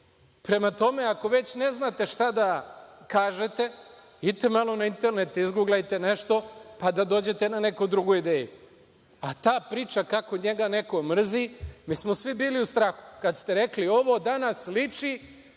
Prema tome, ako već ne znate šta da kažete, idite malo na internet, izguglajte nešto, pa da dođete na neku drugu ideju. Ta priča kako njega neko mrzi, mi smo svi bili u strahu kad ste rekli ovo danas liči,